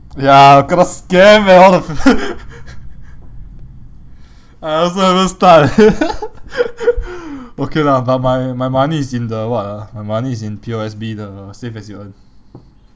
ya kena scam eh all the I also haven't start okay lah but my money is in the what ah my money is in P_O_S_B the save as you earn